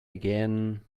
again